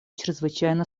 чрезвычайно